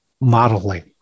modeling